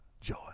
joy